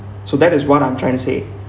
so that is what I'm trying to say